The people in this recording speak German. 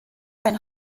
ein